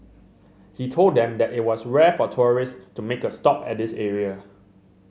he told them that it was rare for tourists to make a stop at this area